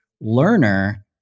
learner